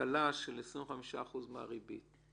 הקלה של 25% מהריבית,